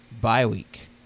Bye-week